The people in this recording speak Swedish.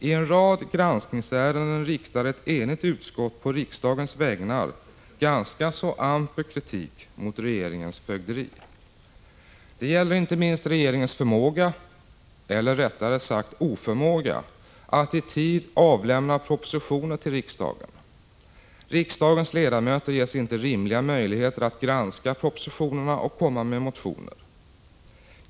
I en rad granskningsärenden riktar ett enigt utskott på riksdagens vägnar ganska så amper kritik mot regeringens fögderi. Det gäller inte minst regeringens förmåga — eller rättare sagt oförmåga — att i tid avlämna propositioner till riksdagen. Riksdagens ledamöter ges inte rimliga möjligheter att granska propositionerna och komma med motioner.